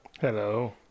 Hello